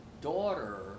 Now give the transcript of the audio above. daughter